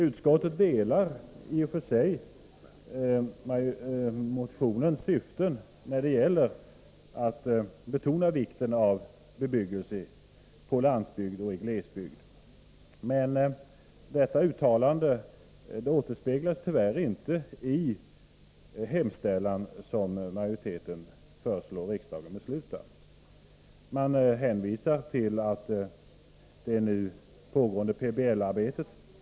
Utskottet delar i och för sig motionens syn när det gäller att betona vikten av bebyggelse på landsbygd och i glesbygd, men detta uttalande återspeglas tyvärr inte i vad utskottet i sin hemställan föreslår riksdagen att besluta. Utskottet hänvisar till det nu pågående PBL-arbetet.